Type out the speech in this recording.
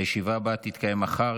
הישיבה הבאה תתקיים מחר,